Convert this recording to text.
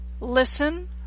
listen